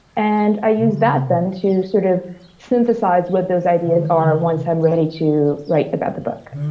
and i use that, then, to sort of synthesize what those ideas are once i'm ready to write about the book.